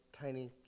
tiny